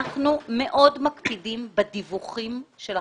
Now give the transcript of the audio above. אנחנו מאוד מקפידים בדיווחים של החברות.